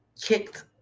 kicked